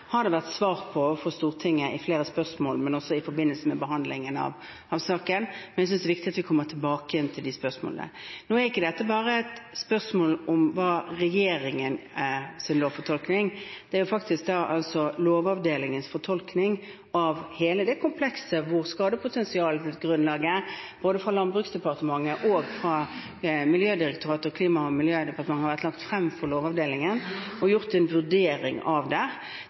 det vært svart på overfor Stortinget i flere spørsmål, men også i forbindelse med behandlingen av saken. Men jeg synes det er viktig at vi kommer tilbake igjen til de spørsmålene. Nå er ikke dette bare et spørsmål om regjeringens lovfortolkning. Det er faktisk Lovavdelingens fortolkning av hele det komplekset, hvor skadepotensialgrunnlaget både fra Landbruksdepartementet, fra Miljødirektoratet og fra Klima- og miljødepartementet har vært lagt frem for Lovavdelingen, og gjort en vurdering av. Det